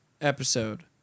episode